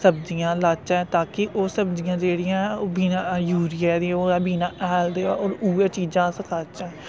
सब्जियां लाच्चै ताकि ओह् सब्जियां जेह्ड़ियां ऐं ओह् बिना यूरिया दे होऐ बिना हैल दे होऐ और उऐ चीजां अस खाच्चै